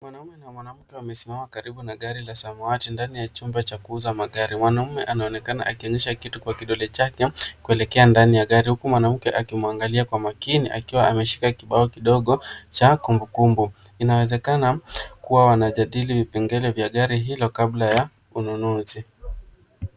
Mwanaume na mwanamke wamesimama karibu na gari la samawati ndani ya chumba cha kuuza magari. Mwanaume anaonekana akionyesha kitu kwa kidole chake kuelekea ndani ya gari huku mwanamke akimwangalia kwa makini akiwa ameshika kibao kidogo cha kumbukumbu. Inaonekana kuwa wanajadili vipengele vya gari hilo kabla ya ununuzi.